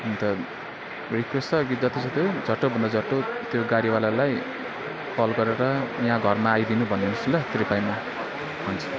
अन्त रिक्वेस्ट छ कि जतिसक्दो झट्ट भन्दा झट्ट त्यो गाडीवालालाई कल गरेर यहाँ घरमा आइदिनु भन्दिनुहोस् न ल त्रिपाइमा हुन्छ